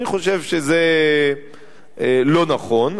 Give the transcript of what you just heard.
אני חושב שזה לא נכון,